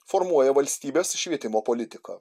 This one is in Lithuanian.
formuoja valstybės švietimo politiką